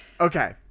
Okay